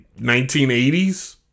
1980s